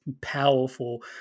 powerful